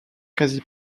quasi